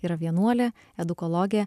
yra vienuolė edukologė